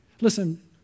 Listen